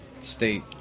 state